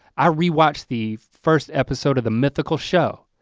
i rewatch the first episode of the mythical show.